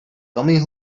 coming